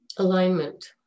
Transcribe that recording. Alignment